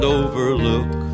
overlook